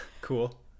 Cool